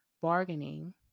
bargaining